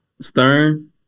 Stern